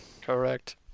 Correct